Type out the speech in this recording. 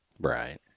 right